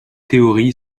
théorie